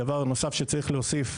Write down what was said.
דבר נוסף שצריך להוסיף,